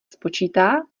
spočítá